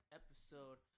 episode